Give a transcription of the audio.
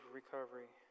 recovery